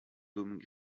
dôme